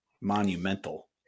monumental